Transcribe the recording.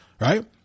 right